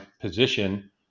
position